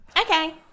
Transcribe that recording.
okay